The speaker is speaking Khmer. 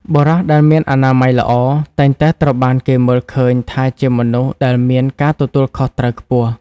បុរសដែលមានអនាម័យល្អ តែងតែត្រូវបានគេមើលឃើញថាជាមនុស្សដែលមានការទទួលខុសត្រូវខ្ពស់។